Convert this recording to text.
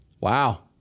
Wow